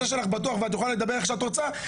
שלך בטוח ואת יכולה לדבר איך שאת רוצה,